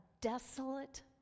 desolate